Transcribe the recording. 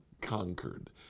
conquered